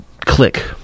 click